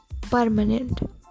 permanent